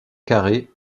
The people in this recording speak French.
carré